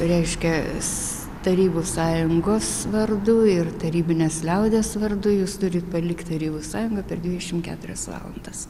reiškia s tarybų sąjungos vardu ir tarybinės liaudies vardu jis turi palikti tarybų sąjungą per dvidešim keturias valandas